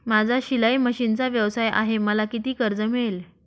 माझा शिलाई मशिनचा व्यवसाय आहे मला किती कर्ज मिळेल?